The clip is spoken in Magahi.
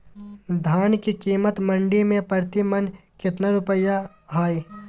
धान के कीमत मंडी में प्रति मन कितना रुपया हाय?